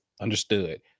understood